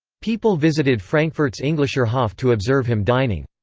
people visited frankfurt's englischer hof to observe him dining.